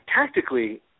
tactically